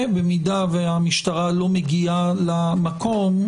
במידה והמשטרה לא מגיעה למקום,